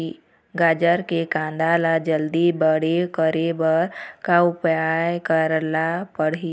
गाजर के कांदा ला जल्दी बड़े करे बर का उपाय करेला पढ़िही?